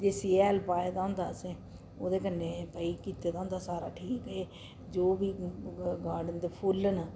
देस्सी हैल पाए दा होंदा असें ओह्दे कन्नै भई कीते दा होंदा सारा किश जो बी गार्डन दे फुल्ल न